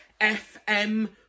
FM